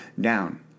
down